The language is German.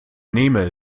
nehme